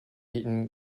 eaten